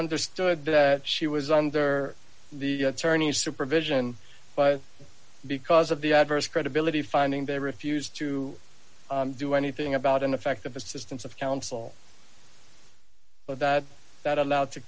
understood that she was under the attorney's supervision but because of the adverse credibility finding they refused to do anything about ineffective assistance of counsel but that that allowed to